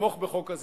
לתמוך בחוק הזה,